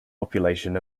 population